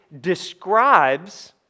describes